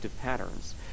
patterns